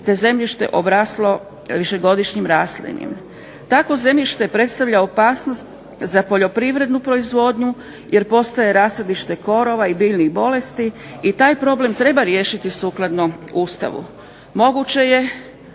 te zemljište obraslo višegodišnjim raslinjem. Takvo zemljište predstavlja opasnost za poljoprivrednu proizvodnju jer postaje rasadište korova i biljnih bolesti i taj problem treba riješiti sukladno Ustavu. Moguće je